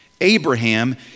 Abraham